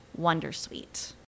wondersuite